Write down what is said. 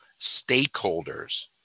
stakeholders